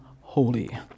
holy